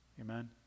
Amen